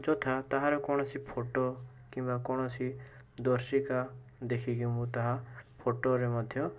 ଯଥା ତାହାର କୌଣସି ଫୋଟୋ କିମ୍ବା କୌଣସି ଦର୍ଶିକା ଦେଖିକି ମୁଁ ତାହା ଫୋଟୋରେ ମଧ୍ୟ